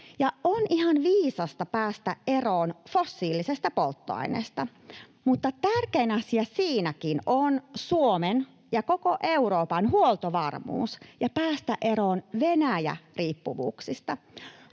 on ihan viisasta päästä eroon fossiilisesta polttoaineesta, mutta tärkein asia siinäkin on Suomen ja koko Euroopan huoltovarmuus ja eroon pääseminen Venäjä-riippuvuuksista.